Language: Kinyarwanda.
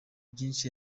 byinshi